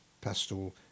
pastel